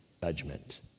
Judgment